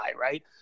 Right